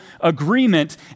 agreement